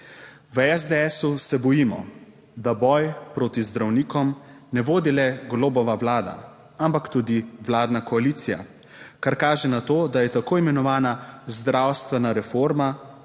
V SDS se bojimo, da boj proti zdravnikom ne vodi le Golobova vlada, ampak tudi vladna koalicija, kar kaže na to, da je tako imenovana zdravstvena reforma